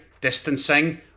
distancing